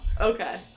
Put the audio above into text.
Okay